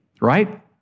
right